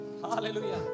Hallelujah